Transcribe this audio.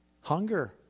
Hunger